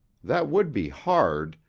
that would be hard,